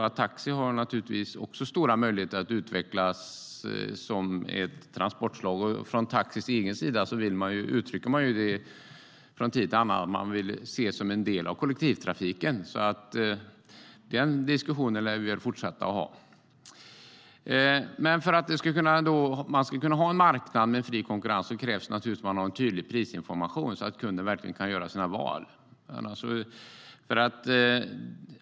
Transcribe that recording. Taxi har stora möjligheter att utvecklas som ett transportslag. Från taxis egen sida uttrycker man från tid till annan att man vill ses som en del av kollektivtrafiken, så den diskussionen lär vi fortsätta att ha. För att man ska kunna ha en marknad med fri konkurrens krävs det att man har en tydlig prisinformation så att kunden verkligen kan göra sina val.